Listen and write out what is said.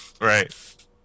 Right